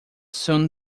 soon